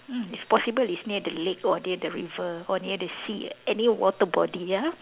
mm if possible is near the lake or near the river or near the sea any water body ya